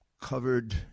covered